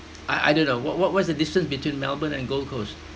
I I don't know what what what is the distance between melbourne and gold coast